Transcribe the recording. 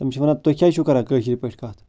تِم چھٕ وَنان تُہۍ کیٛازِ چھُو کَران کٲشِر پٲٹھۍ کَتھ